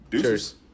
Cheers